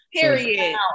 Period